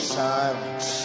silence